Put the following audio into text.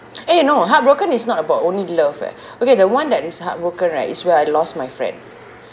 eh no heartbroken is not about only love eh okay the one that is heartbroken right is where I lost my friend